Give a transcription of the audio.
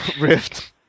Rift